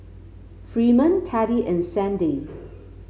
Freeman Teddy and Sandi